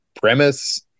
premise